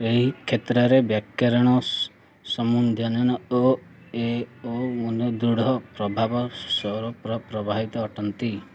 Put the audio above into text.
ଏହି କ୍ଷେତ୍ରରେ ବ୍ୟାକରଣ ସମନ୍ୱୟରେ ଓ ଏ ଓ ଏବଂ ସ୍ୱରଧ୍ୱନିଟି ଦୃଢ଼ ଭାବରେ ପରସ୍ପର ପ୍ରଭାବୀ ଅଟନ୍ତି